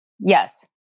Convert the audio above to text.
Yes